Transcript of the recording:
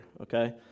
Okay